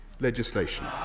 legislation